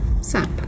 sap